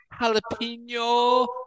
jalapeno